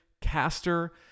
caster